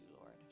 lord